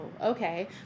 okay